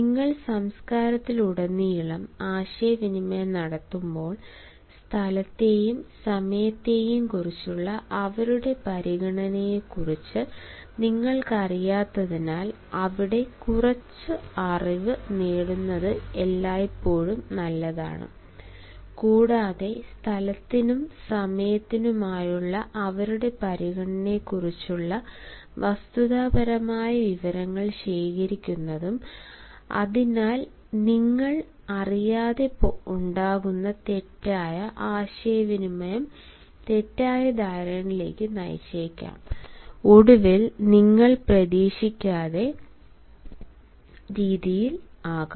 നിങ്ങൾ സംസ്കാരങ്ങളിലുടനീളം ആശയവിനിമയം നടത്തുമ്പോൾ സ്ഥലത്തെയും സമയത്തെയും കുറിച്ചുള്ള അവരുടെ പരിഗണനയെക്കുറിച്ച് നിങ്ങൾക്കറിയാത്തതിനാൽ അതിനെ കുറച്ച് അറിവ് നേടുന്നത് എല്ലായ്പ്പോഴും നല്ലതാണ് കൂടാതെ സ്ഥലത്തിനും സമയത്തിനുമായുള്ള അവരുടെ പരിഗണനയെക്കുറിച്ചുള്ള വസ്തുതാപരമായ വിവരങ്ങൾ ശേഖരിക്കുന്നതും അതിനാൽ നിങ്ങൾ അറിയാതെ ഉണ്ടാകുന്ന തെറ്റായ ആശയവിനിമയം തെറ്റായ ധാരണയിലേക്ക് നയിച്ചേക്കാം ഒടുവിൽ നിങ്ങൾ പ്രതീക്ഷിക്കാത്ത രീതിയിൽ ആകാം